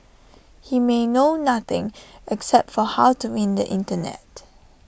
he may know nothing except for how to win the Internet